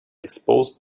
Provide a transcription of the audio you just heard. exposed